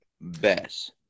best